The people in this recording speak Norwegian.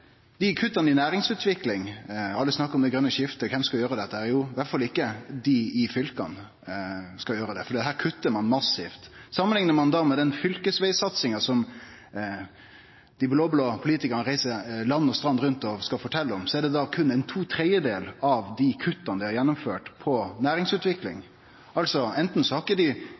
Dei har kutta i næringsutvikling, og alle snakkar om det grøne skiftet, så kven skal stå for dette? I alle fall er det ikkje dei i fylka som skal gjere det, for her har ein kutta massivt. Samanliknar ein med den fylkesvegsatsinga som dei blå-blå politikarane reiser land og strand rundt og skal fortelje om, utgjer ho berre to tredjedelar av dei kutta dei har gjennomført når det gjeld næringsutvikling. Anten har ikkje dei